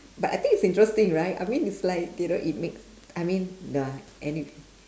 but I think it's interesting right I mean it's like you know it makes I mean and it